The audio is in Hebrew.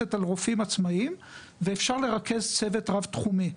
מבוססת על רופאים עצמאיים ואפשר לרכז צוות רב-תחומי.